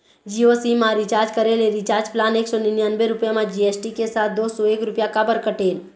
Jio SIM मा recharge करे ले रिचार्ज प्लान एक सौ निन्यानबे रुपए मा जी.एस.टी के साथ दो सौ एक रुपया काबर कटेल?